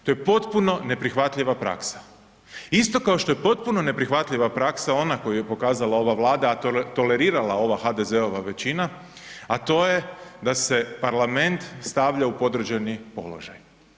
To je potpuno neprihvatljiva praksa isto kao što je potpuno neprihvatljiva praksa ona koju je pokazala ova Vlada a tolerirala ova HDZ-ova većina a to je da se parlament stavlja u podređeni položaj.